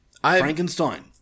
Frankenstein